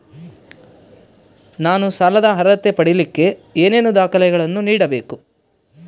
ನಾನು ಸಾಲದ ಅರ್ಹತೆ ಪಡಿಲಿಕ್ಕೆ ಏನೇನು ದಾಖಲೆಗಳನ್ನ ನೇಡಬೇಕು?